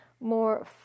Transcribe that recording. more